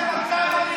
עליהם תרחם.